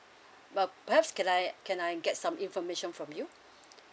but perhaps can I can I get some information from you